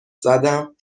زدم